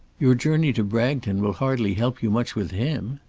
your journey to bragton will hardly help you much with him.